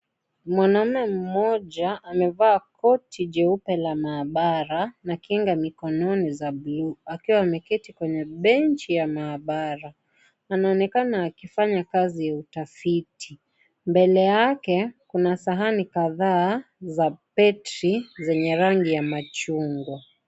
Mwanaume mmoja amevaa koti jeupe la maabara na kinga mikononi za blue akiwa ameketi kwenye benchi ya maabara anaonekana akifanya kazi ya utafiti mbele yake kuna sahani kadhaa za battery zenye rangi ya machungwa.